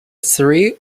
sri